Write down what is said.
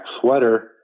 sweater